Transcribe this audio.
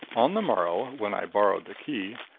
on the morrow, when i borrowed the key,